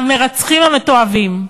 המרצחים המתועבים.